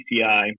PCI